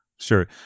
Sure